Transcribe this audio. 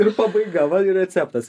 ir pabaiga va ir receptas